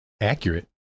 Accurate